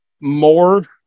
more